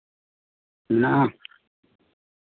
ᱦᱮᱱᱟᱜᱼᱟ